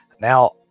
now